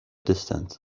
distance